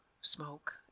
smoke